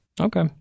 Okay